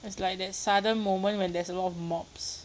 it's like that sudden moment when there's a lot of mobs